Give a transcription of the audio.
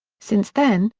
since then,